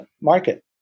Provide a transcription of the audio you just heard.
market